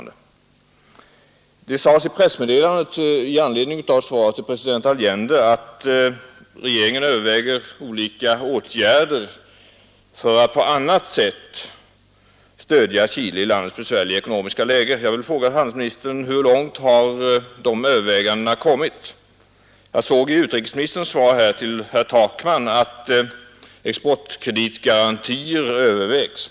Det sades i pressmeddelandet med anledning av svaret till president Allende att regeringen överväger olika åtgärder för att på annat sätt stödja Chile i landets besvärliga ekonomiska läge. Jag vill fråga handelsministern: Hur långt har de övervägandena kommit? Jag såg i utrikesministerns svar till herr Takman att exportkreditgarantier övervägs.